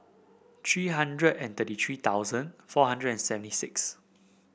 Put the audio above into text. three hundred and thirty three thousand four hundred and seventy six